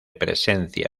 presencia